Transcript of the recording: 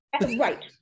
Right